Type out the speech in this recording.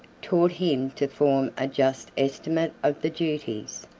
taught him to form a just estimate of the duties,